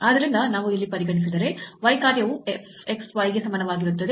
ಆದ್ದರಿಂದ ನಾವು ಇಲ್ಲಿ ಪರಿಗಣಿಸಿದರೆ z ಕಾರ್ಯವು f x y ಗೆ ಸಮಾನವಾಗಿರುತ್ತದೆ